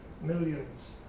millions